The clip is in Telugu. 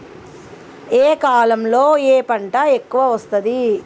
ఏ కాలంలో ఏ పంట ఎక్కువ వస్తోంది?